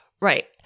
Right